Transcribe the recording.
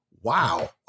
wow